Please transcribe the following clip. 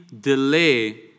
delay